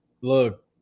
Look